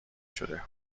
شده